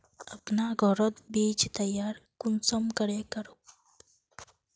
अपना घोरोत बीज तैयार कुंसम करे करूम?